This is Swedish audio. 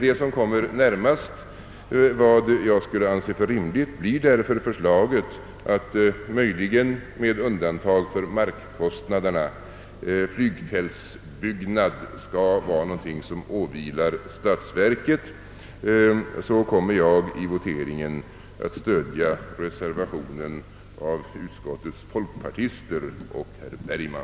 Det som kommer närmast vad jag skulle anse som rimligt — möjligen med undantag för markkostnaderna — är förslaget att byggandet av flygfält skall vara något som åvilar statsverket. I voteringen kommer jag därför att stödja reservationen av utskottets folkpartister och herr Bergman.